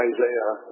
Isaiah